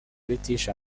british